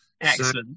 Excellent